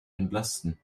entlasten